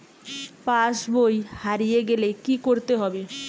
পাশবই হারিয়ে গেলে কি করতে হবে?